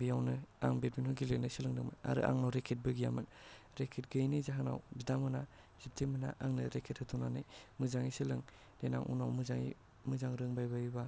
बेयावनो आं बेटमिन्ट गेलेनो सोलोंदोंमोन आरो आंनाव रेकेट बो गैयामोन रेकेट गैयैनि जाहोनाव बिदामोना बिबथैमोना आंनो रेकेट होथ'नानै मोजाङै सोलों देनां उनाव मोजाङै मोजां रोंबाय बायोबा